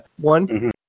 one